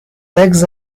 legs